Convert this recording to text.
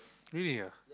really ah